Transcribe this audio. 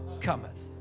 cometh